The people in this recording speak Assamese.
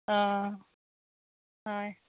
অ হয়